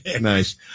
nice